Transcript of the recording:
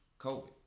COVID